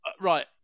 right